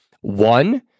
One